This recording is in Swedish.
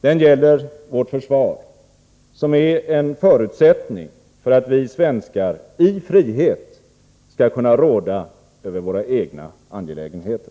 Den gäller vårt försvar, som är en förutsättning för att vi svenskar i frihet skall kunna råda över våra egna angelägenheter.